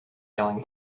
yelling